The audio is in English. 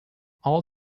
all